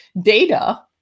data